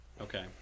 Okay